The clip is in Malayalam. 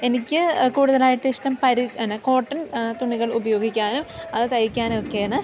എനിക്ക് കൂടുതലായിട്ട് ഇഷ്ടം എന്താണ് കോട്ടൻ തുണികൾ ഉപയോഗിക്കാനും അത് തയ്ക്കാനുമൊക്കെയാണ്